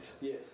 Yes